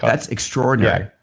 that's extraordinary.